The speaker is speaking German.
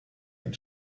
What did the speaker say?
ein